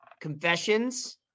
confessions